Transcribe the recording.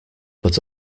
but